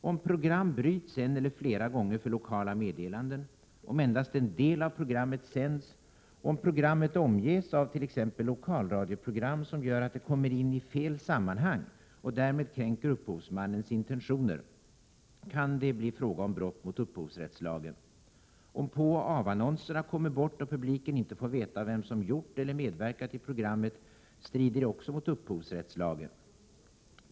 Om program bryts en eller flera gånger för lokala meddelanden, om endast en del av programmet sänds och om programmet omges av t.ex. lokalradioprogram som gör att det kommer in i fel sammanhang och därmed kränker upphovsmannens intentioner, kan det bli fråga om brott mot upphovsrättslagen. Om påoch avannonseringarna kommer bort och publiken inte får veta vem som gjort eller medverkat i programmet strider också det mot upphovsrättslagen.